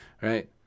right